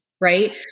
right